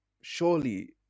surely